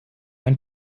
ein